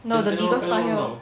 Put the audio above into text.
no the biggest part here